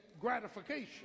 gratification